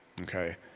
okay